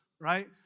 right